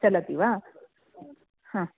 चलति वा हा